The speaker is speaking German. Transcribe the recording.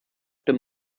dem